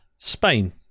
Spain